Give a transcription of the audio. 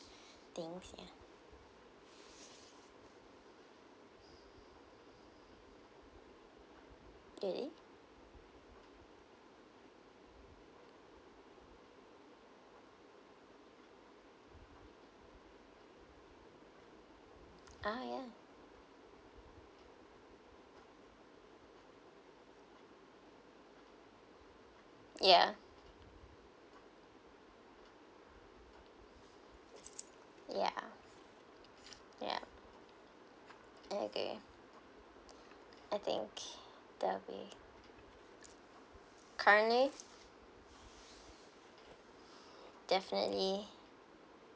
things ya really oh ya ya ya ya okay I think there will be currently definitely